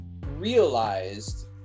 realized